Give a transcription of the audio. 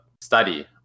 study